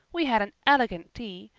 we had an elegant tea.